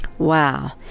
Wow